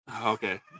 Okay